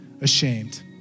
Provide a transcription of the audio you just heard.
ashamed